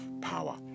power